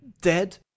dead